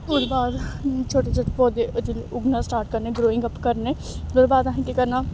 ओह्दे बाद छोटे छोटे पौधे उग्गना स्टार्ट करने ग्रोइंग अप करने ओह्दे बाद असें केह् करना